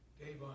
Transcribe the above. Dave